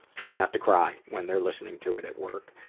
try not to cry when they're listening to it at work.